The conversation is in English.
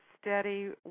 steady